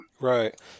Right